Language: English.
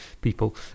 people